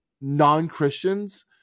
non-Christians